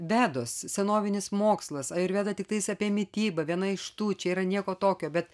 vedos senovinis mokslas ajurveda tiktais apie mitybą viena iš tų čia yra nieko tokio bet